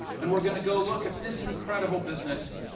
and we're gonna go look at this incredible business.